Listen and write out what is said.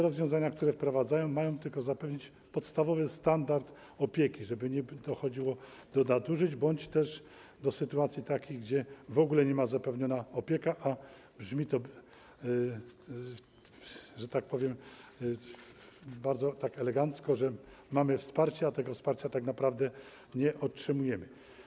Rozwiązania, które wprowadza, mają tylko zapewnić podstawowy standard opieki, żeby nie dochodziło do nadużyć bądź też do takiej sytuacji, gdzie w ogóle nie ma zapewnionej opieki, a brzmi, że tak powiem, bardzo elegancko, że mamy wsparcie, a tego wsparcia tak naprawdę nie otrzymujemy.